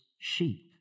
sheep